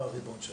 הצבא ריבון שם.